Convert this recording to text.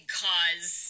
cause